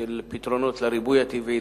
כשאין פתרונות לריבוי הטבעי,